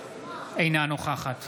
אינה נוכחת